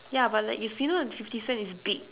ya but like it's you know the fifty cent is big